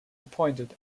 appointed